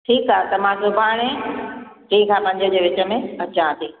ठीकु आहे त मां सुभाणे टीं खां पंजें जे विच में अचां थी